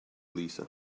lisa